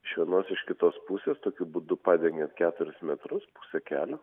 iš vienos iš kitos pusės tokiu būdu padegiant keturis metrus pusę kelio